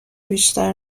بیشتر